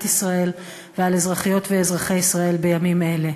ישראל ועל אזרחיות ואזרחי ישראל בימים אלה,